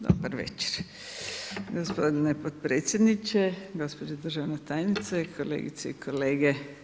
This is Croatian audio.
Dobar večer, gospodine potpredsjedniče, gospođo državne tajnice, kolegice i kolege.